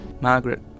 Margaret